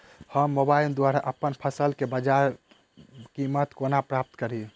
हम मोबाइल द्वारा अप्पन फसल केँ बजार कीमत कोना प्राप्त कड़ी?